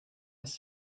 ist